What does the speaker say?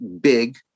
big